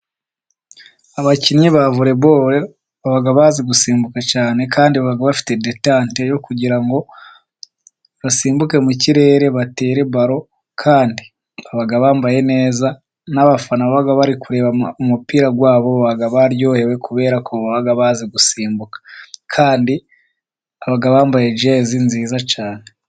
Abakinnyi ba voreboro bazi gusimbuka cyane kandi baba bafite detante yo kugira ngo basimbuke mu kirere batere baro kandi baba bambaye neza. Abafana baba bari kureba umupira wabo baryohewe kubera ko bazi gusimbuka kandi baba bambaye jazi nziza cyane.